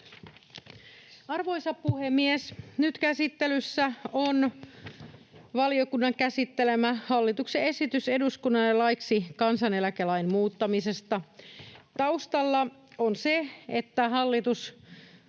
Arvoisa puhemies! Nyt käsittelyssä on valiokunnan käsittelemä hallituksen esitys eduskunnalle laiksi kansaneläkelain muuttamisesta. Taustalla on se, että hallitus